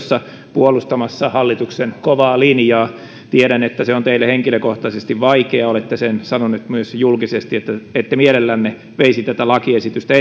puolustamassa hallituksen kovaa linjaa tiedän että se on teille henkilökohtaisesti vaikeaa olette sen sanonut myös julkisesti että ette mielellänne veisi tätä lakiesitystä